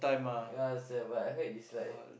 yeah same but I heard it's like